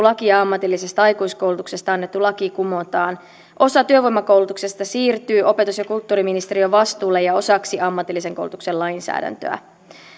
laki ja ammatillisesta aikuiskoulutuksesta annettu laki kumotaan osa työvoimakoulutuksesta siirtyy opetus ja kulttuuriministeriön vastuulle ja osaksi ammatillisen koulutuksen lainsäädäntöä